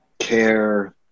care